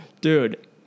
Dude